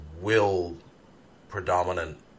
will-predominant